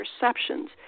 perceptions